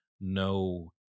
no